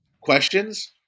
questions